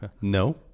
No